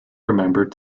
remembered